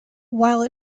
while